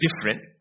different